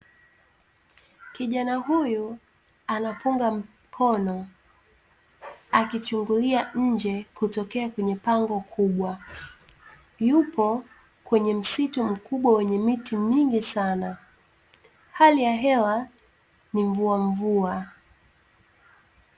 Kijana huyu anapunga mkono akichungulia nje kutokea kwenye pango kubwa, yupo kwenye msitu mkubwa wenye miti mingi sana, hali ya hewa ni mvuamvua.